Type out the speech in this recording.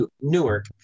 Newark